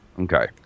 Okay